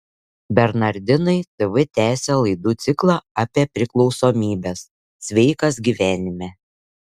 bernardinai tv tęsia laidų ciklą apie priklausomybes sveikas gyvenime